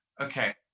okay